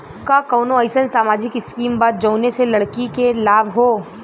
का कौनौ अईसन सामाजिक स्किम बा जौने से लड़की के लाभ हो?